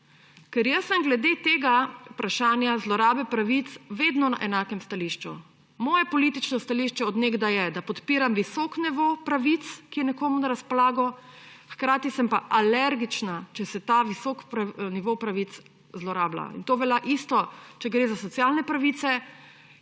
Ker jaz sem glede tega vprašanja zlorabe pravic vedno na enakem stališču. Moje politično stališče od nekaj je, da podpiram visok nivo pravic, ki je nekomu na razpolago; hkrati sem pa alergična, če se ta visok nivo pravic zlorablja. In to isto velja, če gre za socialne pravice,